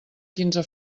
quinze